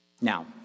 Now